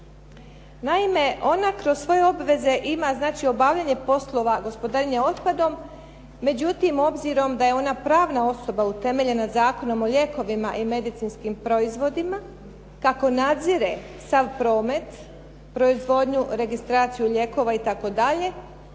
Naime, ona kroz svoje obveze ima znači obavljanje poslova gospodarenje otpadom, međutim obzirom da je ona pravna osoba utemeljena Zakonom o lijekovima i medicinskim proizvodima, kako nadzire sav promet, proizvodnju, registraciju lijekova itd.